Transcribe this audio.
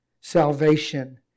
Salvation